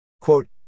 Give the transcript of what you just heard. Quote